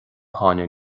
tháinig